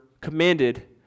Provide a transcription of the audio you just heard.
commanded